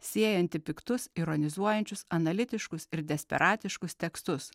siejantį piktus ironizuojančius analitiškus ir desperatiškus tekstus